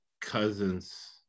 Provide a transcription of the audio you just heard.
cousins